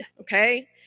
okay